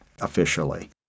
Officially